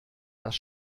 das